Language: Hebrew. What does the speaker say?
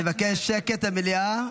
אני מבקש שקט במליאה.